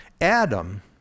adam